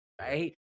right